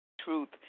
truth